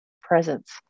presence